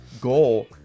goal